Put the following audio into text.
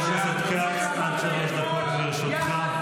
שום כיסא לא שווה את המדינה.